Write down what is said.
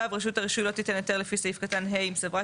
רשות הרישוי לא תיתן היתר לפי סעיף קטן (ה) אם סברה